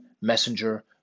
Messenger